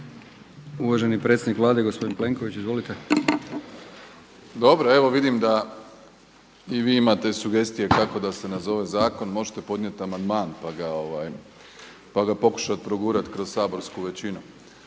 uvaženi predsjednik Vlade gospodin Plenković. **Plenković, Andrej (HDZ)** Dobro, evo vidim da i vi imate sugestije kako da se nazove zakon, možete podnijet amandman pa ga pokušati progurati kroz saborsku većinu.